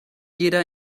jeder